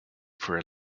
for